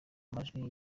amajwi